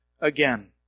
again